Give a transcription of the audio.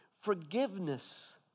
forgiveness